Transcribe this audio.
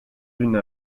une